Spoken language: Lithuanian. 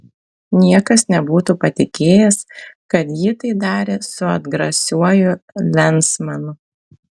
niekas nebūtų patikėjęs kad ji tai darė su atgrasiuoju lensmanu